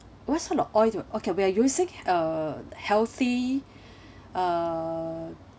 what sort of oil okay we are using a healthy uh